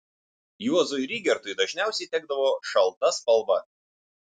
juozui rygertui dažniausiai tekdavo šalta spalva